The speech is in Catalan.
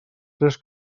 tres